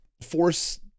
force